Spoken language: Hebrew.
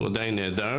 הוא עדיין נעדר.